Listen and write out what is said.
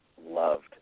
loved